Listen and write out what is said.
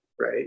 right